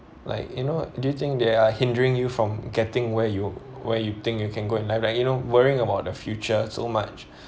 like you know do you think they are hindering you from getting where you where you think you can go in like like you know worrying about the future so much